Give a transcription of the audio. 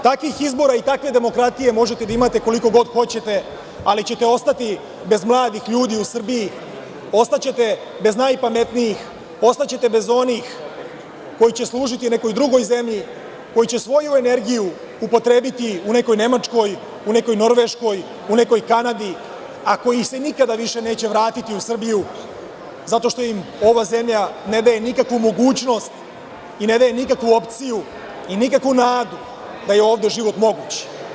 Takvih izbora i takve demokratije možete da imate koliko god hoćete, ali ćete ostati bez mladih ljudi u Srbiji, ostaćete bez najpametnijih, ostaćete bez onih koji će služiti nekoj drugoj zemlji, koji će svoju energiju upotrebiti u nekoj Nemačkoj, u nekoj Norveškoj, u nekoj Kanadi, a koji se nikada više neće vratiti u Srbiju zato što im ova zemlja ne daje nikakvu mogućnost i ne daje nikakvu opciju, ni nikakvu nadu da je ovde život moguć.